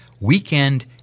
weekend